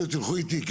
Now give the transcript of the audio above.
תלכו איתי.